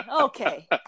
okay